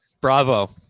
bravo